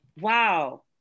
Wow